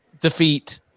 defeat